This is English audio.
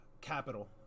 Capital